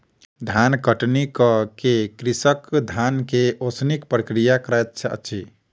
धान कटनी कअ के कृषक धान के ओसौनिक प्रक्रिया करैत अछि